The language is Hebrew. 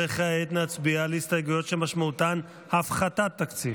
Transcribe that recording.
כעת נצביע על הסתייגויות שמשמעותן הפחתת תקציב.